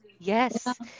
Yes